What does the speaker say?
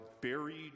buried